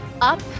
up